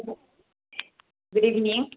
गुद इबिनिं